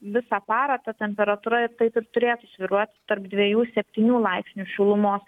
visą parą ta temperatūra taip ir turėtų svyruot tarp dviejų septynių laipsnių šilumos